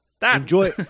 Enjoy